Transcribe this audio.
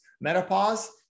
menopause